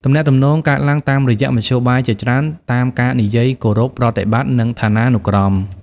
ទំនាក់ទំនងកើតឡើងតាមរយៈមធ្យោបាយជាច្រើន តាមការនិយាយគោរពប្រតិបត្តិ និងឋានានុក្រម។